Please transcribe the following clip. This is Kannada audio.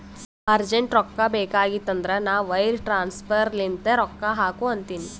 ಅರ್ಜೆಂಟ್ ರೊಕ್ಕಾ ಬೇಕಾಗಿತ್ತಂದ್ರ ನಾ ವೈರ್ ಟ್ರಾನ್ಸಫರ್ ಲಿಂತೆ ರೊಕ್ಕಾ ಹಾಕು ಅಂತಿನಿ